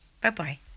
Bye-bye